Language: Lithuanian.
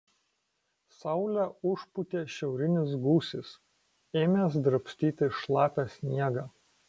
saulę užpūtė šiaurinis gūsis ėmęs drabstyti šlapią sniegą